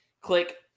click